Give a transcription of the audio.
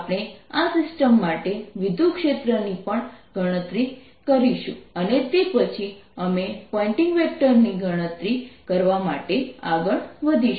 આપણે આ સિસ્ટમ માટે વિદ્યુતક્ષેત્ર ની પણ ગણતરી કરીશું અને તે પછી અમે પોઇન્ટિંગ વેક્ટર ની ગણતરી કરવા માટે આગળ વધીશું